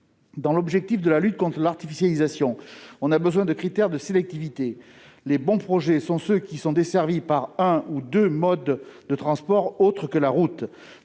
Dans l'objectif de lutter contre l'artificialisation, il faut mettre en place des critères de sélectivité : les bons projets sont ceux qui sont desservis par un ou deux modes de transport autres que la route.